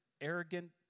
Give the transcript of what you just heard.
arrogant